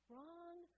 Wrong